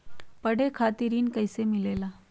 पढे खातीर ऋण कईसे मिले ला?